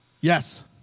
Yes